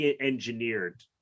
engineered